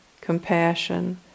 compassion